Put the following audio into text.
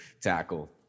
tackle